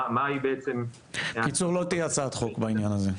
מה היא בעצם --- בקיצור לא תהיה הצעת חוק בעניין הזה,